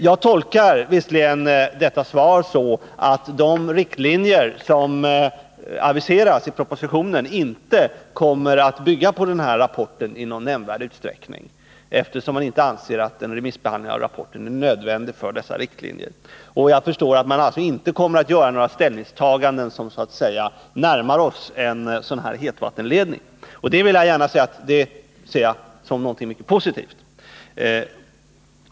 Jag tolkar visserligen svaret så att de riktlinjer som aviseras i propositionen inte kommer att bygga på rapporten i någon nämnvärd utsträckning, eftersom 11 man inte anser att en remissbehandling är nödvändig för dessa riktlinjer, och jag förstår att man inte kommer att göra några ställningstaganden som så att säga närmar oss en sådan här hetvattenledning. Jag vill gärna säga att jag ser det som någonting mycket positivt.